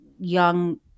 young